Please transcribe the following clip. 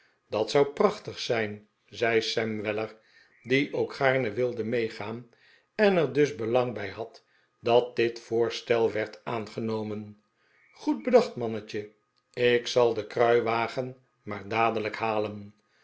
dat zou prachtig zijn zei sam weller die ook'gaarne wilde meegaan en er dus belang bij had dat dit voorstel werd aangenomen goed bedacht mannetjel ik zal den kruiwagen maar dadelijk halen